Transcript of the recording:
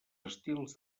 estils